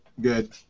good